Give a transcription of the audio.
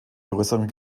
größeren